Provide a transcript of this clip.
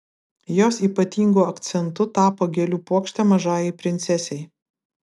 jos ypatingu akcentu tapo gėlių puokštė mažajai princesei